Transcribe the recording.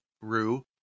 Rue